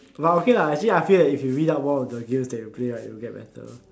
but okay lah actually I feel that if you read up more about the games that you play right you will get better